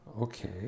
Okay